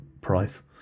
price